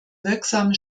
wirksame